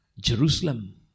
Jerusalem